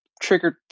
triggered